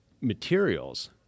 materials